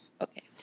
Okay